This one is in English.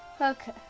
Okay